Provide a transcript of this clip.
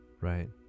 right